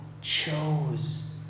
chose